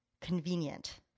convenient